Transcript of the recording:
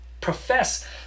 profess